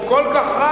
הוא כל כך רע,